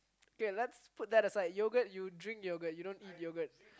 okay let's put that aside yogurt you drink yogurt you don't eat yogurt